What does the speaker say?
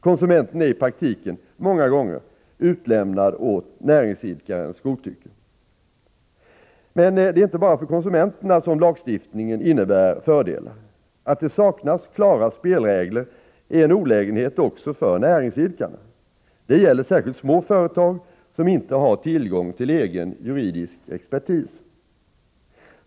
Konsumenten är i praktiken många gånger utlämnad åt näringsidkarens godtycke. Men det är inte bara för konsumenterna som lagstiftningen innebär fördelar. Att det saknas klara spelregler är en olägenhet också för näringsidkarna. Det gäller särskilt små företag som inte har tillgång till egen juridisk expertis.